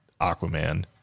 Aquaman